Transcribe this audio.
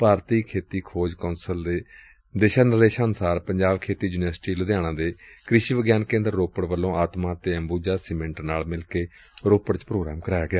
ਭਾਰਤੀ ਖੇਤੀ ਖੋਜ ਕੌਂਸਲ ਦੇ ਦਿਸ਼ਾ ਨਿਰਦੇਸ਼ਾਂ ਅਨੁਸਾਰ ਪੰਜਾਬ ਖੇਤੀ ਯੂਨੀਵਰਸਿਟੀ ਲੁਧਿਆਣਾ ਦੇ ਕ੍ਸ਼ੀ ਵਿਗਿਆਨ ਕੇਂਦਰ ਰੋਪੜ ਵੱਲੋ ਆਤਮਾ ਅਤੇ ਅੰਬੂਜਾ ਸੀਮਿਂਟ ਫਾਊਡੇਸ਼ਨ ਨਾਲ ਮਿਲ ਕੇ ਰੋਪੜ ਵਿਚ ਪ੍ਰੋਗਰਾਮ ਕਰਵਾਇਆ ਗਿਆ